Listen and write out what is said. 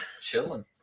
chilling